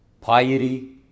Piety